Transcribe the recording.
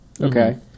Okay